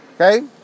Okay